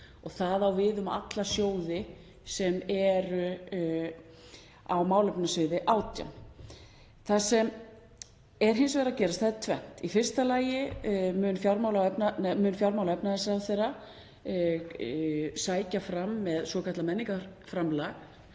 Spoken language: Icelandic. og það á við um alla sjóði sem eru á málefnasviði 18. Það sem er hins vegar að gerast er tvennt. Í fyrsta lagi mun fjármála- og efnahagsráðherra sækja fram með svokallað menningarframlag